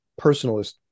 personalist